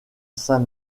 saint